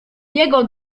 jego